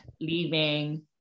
leaving